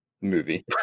movie